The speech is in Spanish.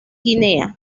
guinea